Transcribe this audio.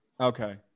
Okay